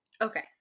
Okay